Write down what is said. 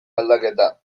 aldaketa